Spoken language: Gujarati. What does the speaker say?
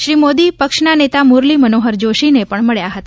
શ્રી મોદીને પક્ષના નેતા મુરલી મનોહર જોષીને પણ મળ્યા હતા